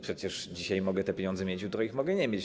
Przecież dzisiaj mogę te pieniądze mieć, jutro ich mogę nie mieć.